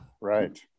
Right